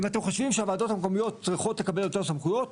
אם אתם חושבים שהוועדות המקומיות צריכות לקבל יותר סמכויות,